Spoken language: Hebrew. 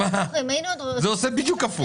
זה עושה בדיוק הפוך.